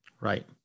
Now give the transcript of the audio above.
Right